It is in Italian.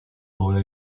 loro